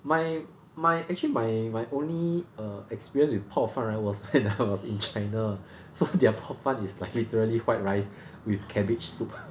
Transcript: my my actually my my only err experience with 泡饭 right was when when I was in china so their 泡饭 is like literally white rice with cabbage soup